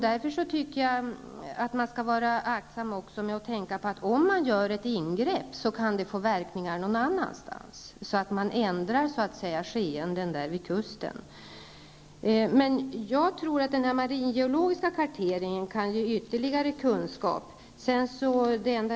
Därför skall man vara aktsam också i detta sammanhang och tänka på att om man gör ett ingrepp kan det få verkningar någon annanstans så att man ändrar skeenden vid kusten. Jag tror att den maringeologiska karteringen kan ge ytterligare kunskaper.